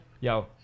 Yo